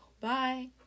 Bye